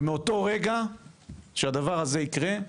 ומאותו רגע שהדבר הזה יקרה,